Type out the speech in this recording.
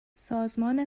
سازمان